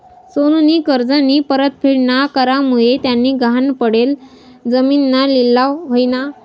सोनूनी कर्जनी परतफेड ना करामुये त्यानी गहाण पडेल जिमीनना लिलाव व्हयना